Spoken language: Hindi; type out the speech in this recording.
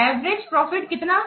एवरेज प्रॉफिट कितना आएगा